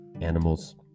animals